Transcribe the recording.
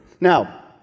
Now